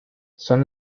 son